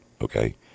okay